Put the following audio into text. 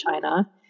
China